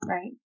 Right